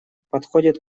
подходит